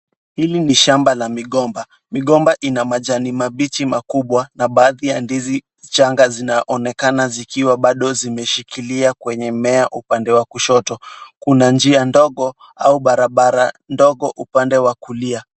Hili ni shamba la migomba, migomba ina majani mabichi makubwa na baadhi ya ndizi changa zinaonekana zikiwa bado zimeshikilia kwenye mmea upande wa kushoto. Kuna njia ndogo au barabara ndogo upande wa kulia.